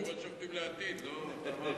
אתם השופטים לעתיד, לא?